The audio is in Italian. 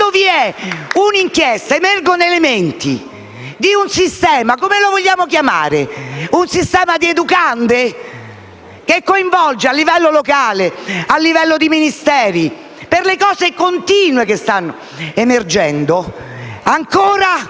Quando vi è un'inchiesta ed emergono elementi di un sistema - come lo vogliamo chiamare? Un sistema di educande? - che coinvolge il livello locale e il livello dei Ministeri, per le cose continue che stanno emergendo, ancora